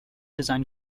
design